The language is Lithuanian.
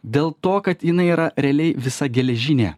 dėl to kad jinai yra realiai visa geležinė